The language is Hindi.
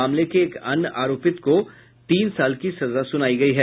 मामले के एक अन्य आरोपित को तीन साल की सजा सुनाई गई है